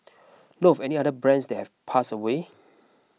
know of any other brands that've pass away